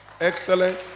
excellent